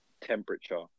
temperature